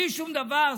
בלי שום דבר,